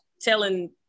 telling